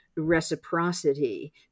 reciprocity